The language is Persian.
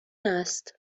است